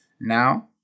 Now